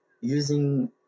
using